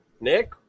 Nick